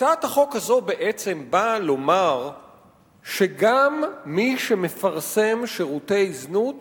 הצעת החוק הזו בעצם באה לומר שגם מי שמפרסם שירותי זנות